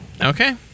Okay